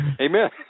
Amen